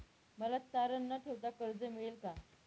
मला तारण न ठेवता कर्ज मिळेल का?